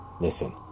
Listen